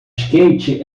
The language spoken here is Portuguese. skate